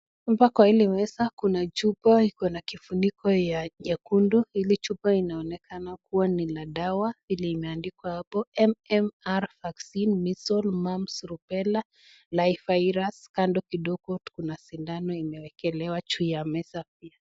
Hapa kwa hili meza kuna chupa iko na kifuniko ya nyekundu. Hili chupa inaonekana kuwa ni la dawa, hili imeandikwa hapo MMR Vaccine Measles Mumps Rubella Live Virus . Kando kidogo kuna sindano imewekelewa juu ya meza pia.